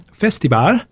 festival